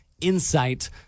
insight